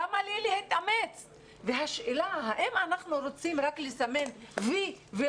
למה לי להתאמץ?